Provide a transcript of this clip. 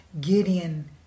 Gideon